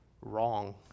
wrong